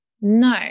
no